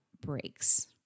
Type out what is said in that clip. breaks